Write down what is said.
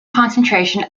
concentration